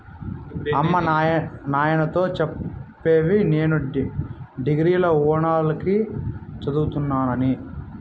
అమ్మ నాయనతో చెప్పవే నేను డిగ్రీల ఓనాల కి చదువుతానని